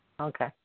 Okay